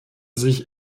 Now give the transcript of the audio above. sich